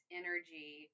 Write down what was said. energy